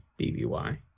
BBY